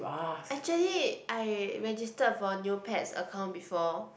actually I registered for a Neopets account before